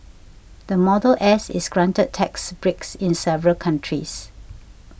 the Model S is granted tax breaks in several countries